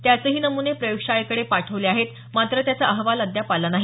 त्याचेही नमुने प्रयोगशाळेकडे पाठवले आहेत मात्र त्याचा अहवाल अद्याप आलेला नाही